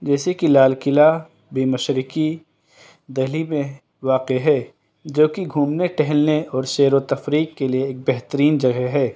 جیسے کہ لال قلعہ بھی مشرقی دہلی میں واقع ہے جو کہ گھومنے ٹہلنے اور سیر و تفریح کے لیے ایک بہترین جگہ ہے